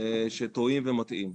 שטועים ומטעים.